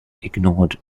ignored